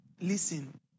Listen